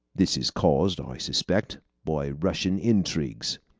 this is caused, i suspect, by russian intrigues.